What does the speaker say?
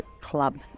club